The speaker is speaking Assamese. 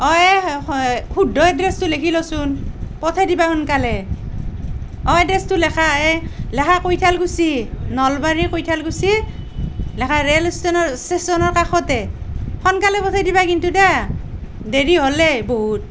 অঁ এ শুদ্ধ এড্ৰেছটো লেখি লোৱাচোন পঠাই দিবা সোনকালে অঁ এড্ৰেছটো লেখা এ লেখা কৈঠালকুছি নলবাৰীৰ কৈঠালকুছি লেখা ৰে'ল ষ্টেনৰ ষ্টেচনৰ কাষতে সোনকালে পঠাই দিবা কিন্তু দেয়া দেৰি হ'লেই বহুত